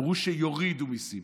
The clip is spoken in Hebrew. אמרו שיורידו מיסים.